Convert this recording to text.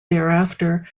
thereafter